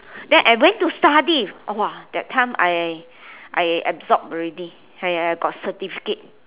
then I went to study !wah! that time I I absorb already I got certificate